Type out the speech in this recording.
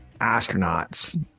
astronauts